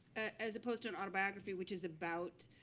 as opposed to an autobiography, which is about